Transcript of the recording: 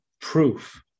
proof